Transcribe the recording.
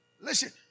Listen